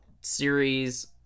series